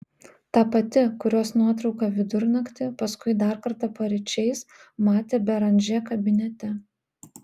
ta pati kurios nuotrauką vidurnaktį paskui dar kartą paryčiais matė beranžė kabinete